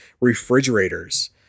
refrigerators